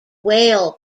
whale